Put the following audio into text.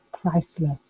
priceless